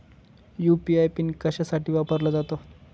UPI PIN कशासाठी वापरला जातो?